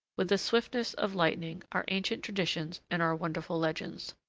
with the swiftness of lightning, our ancient traditions and our wonderful legends.